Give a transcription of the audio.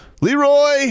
Leroy